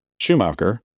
Schumacher